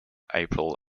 april